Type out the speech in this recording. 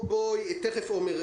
מיכל,